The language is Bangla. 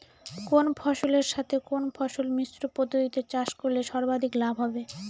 কোন ফসলের সাথে কোন ফসল মিশ্র পদ্ধতিতে চাষ করলে সর্বাধিক লাভ হবে?